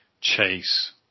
Chase